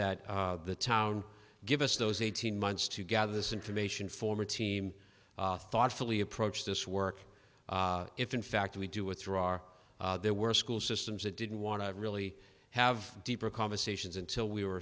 that the town give us those eighteen months to gather this information form a team thoughtfully approach this work if in fact we do it through our there were school systems that didn't want to really have deeper conversations until we were